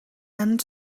and